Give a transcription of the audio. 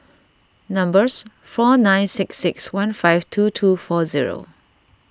four nine six six one five two two four zero